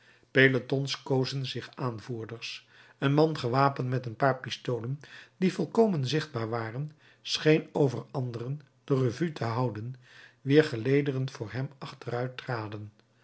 pelotons kozen zich aanvoerders een man gewapend met een paar pistolen die volkomen zichtbaar waren scheen over anderen de revue te houden wier gelederen voor hem